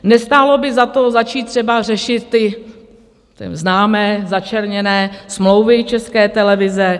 Nestálo by za to začít třeba řešit ty známé začerněné smlouvy České televize?